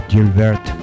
Gilbert